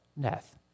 Death